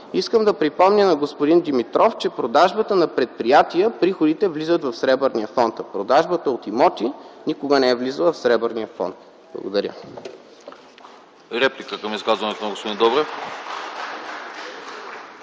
Искам да припомня на господин Димитров, че при продажбата на предприятия приходите влизат в Сребърния фонд, а продажбата от имоти никога не е влизала в Сребърния фонд. Благодаря